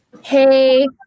Hey